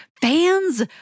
fans